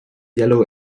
yellow